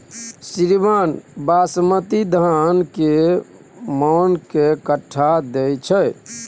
श्रीमान बासमती धान कैए मअन के कट्ठा दैय छैय?